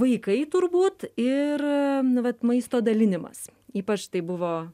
vaikai turbūt ir nu vat maisto dalinimas ypač tai buvo